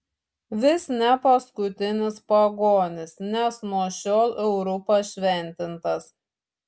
vis ne paskutinis pagonis nes nuo šiol euru pašventintas